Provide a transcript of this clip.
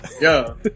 Yo